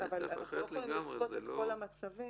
אבל אנחנו לא יכולים לצפות את כל המצבים.